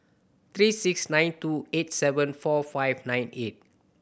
three six nine two eight seven four five nine eight